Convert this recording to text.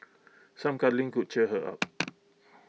some cuddling could cheer her up